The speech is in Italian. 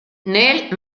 nel